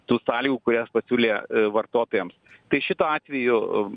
tų sąlygų kurias pasiūlė vartotojams tai šituo atveju